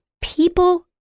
people